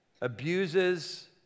abuses